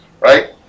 Right